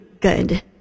good